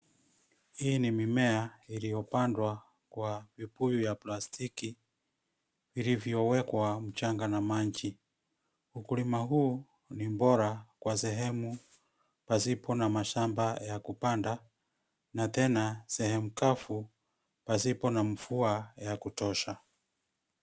Hii ni mimea iliyopandwa kwa vibuyu ya plastiki , vilivyo wekwa mchanga na maji. Ukulima huu ni bora kwa sehemu pasipo na mashamba ya kupanda na tena, sehemu kavu pasipo na mvua ya kutosha.